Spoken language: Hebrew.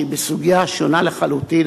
שהיא בסוגיה שונה לחלוטין,